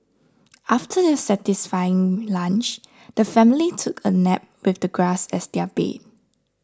after their satisfying lunch the family took a nap with the grass as their bed